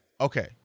okay